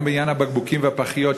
גם בעניין הבקבוקים והפחיות,